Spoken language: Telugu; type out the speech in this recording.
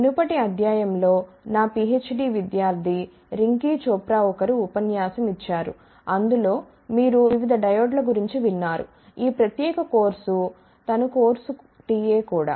మునుపటి అధ్యాయం లో నా PhD విద్యార్థి రింకీ చోప్రా ఒకరు ఉపన్యాసం ఇచ్చారు అందులో మీరు వివిధ డయోడ్ల గురించి విన్నారు ఈ ప్రత్యేక కోర్సుకు తను కోర్సు TA కూడా